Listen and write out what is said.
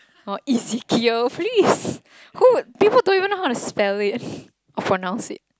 or please who would people don't even know how to spell it pronounce it